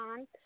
on